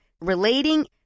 relating